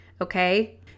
okay